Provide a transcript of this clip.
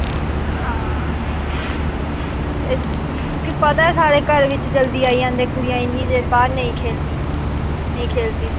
हां ते तुगी पता ऐ स्हाड़े घर बिच्च जल्दी आई जंदे कुड़ियां इन्नी देर बाह्र नेईं खेलदी नेईं खेलदी